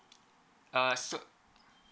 err so